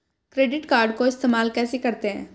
Credit card को इस्तेमाल कैसे करते हैं?